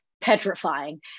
petrifying